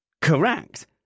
correct